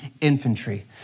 infantry